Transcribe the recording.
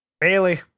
Bailey